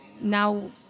now